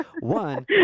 one